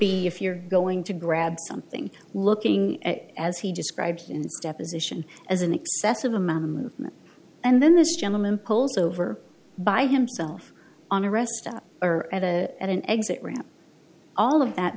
be if you're going to grab something looking as he described in the deposition as an excessive amount of movement and then this gentleman poles over by himself on a rest stop or at a at an exit ramp all of that